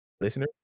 listener